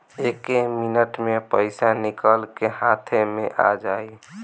एक्के मिनट मे पईसा निकल के हाथे मे आ जाई